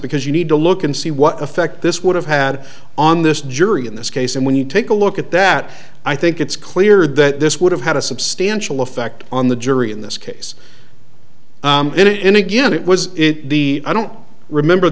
because you need to look and see what effect this would have had on this jury in this case and when you take a look at that i think it's clear that this would have had a substantial effect on the jury in this case in again it was in the i don't remember